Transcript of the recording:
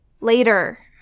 Later